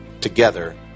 Together